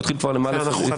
הוא התחיל לפני למעלה משנה,